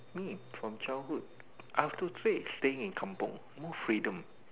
me from childhood I have to say is staying in Kampung more freedom